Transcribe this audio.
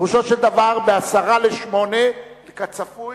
פירושו של דבר, ב-07:50, כצפוי,